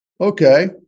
okay